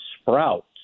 sprouts